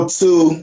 two